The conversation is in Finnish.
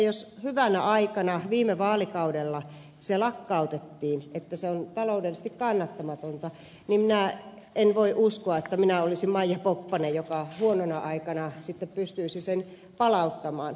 jos hyvänä aikana viime vaalikaudella se lakkautettiin koska se on taloudellisesti kannattamatonta niin minä en voi uskoa että minä olisin maija poppanen joka huonona aikana sitten pysyisi sen palauttamaan